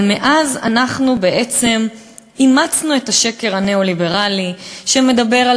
אבל מאז אנחנו בעצם אימצנו את השקר הניאו-ליברלי שמדבר על